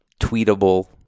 tweetable